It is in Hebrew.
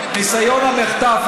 ניסיון המחטף,